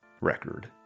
record